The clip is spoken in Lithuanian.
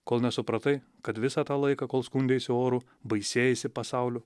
kol nesupratai kad visą tą laiką kol skundeisi oru baisėjaisi pasauliu